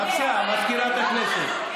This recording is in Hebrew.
בבקשה, מזכירת הכנסת.